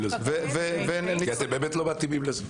כי אתם באמת לא מתאימים לזה.